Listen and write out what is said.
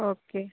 okay